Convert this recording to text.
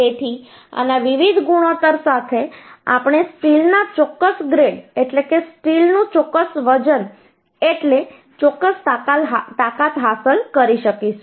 તેથી આના વિવિધ ગુણોત્તર સાથે આપણે સ્ટીલના ચોક્કસ ગ્રેડ એટલે કે સ્ટીલનું ચોક્કસ વજન એટલે ચોક્કસ તાકાત હાંસલ કરી શકીશું